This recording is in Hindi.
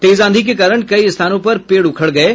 तेज आंधी के कारण कई स्थानों पर पेड़ उखड़ गये